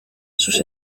sus